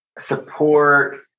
support